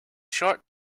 short